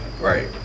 Right